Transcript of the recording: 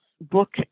book